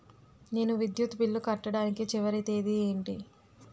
నేను విద్యుత్ బిల్లు కట్టడానికి చివరి తేదీ ఏంటి?